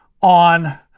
on